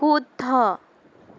শুদ্ধ